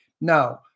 Now